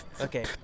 Okay